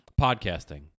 podcasting